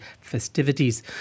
festivities